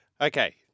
Okay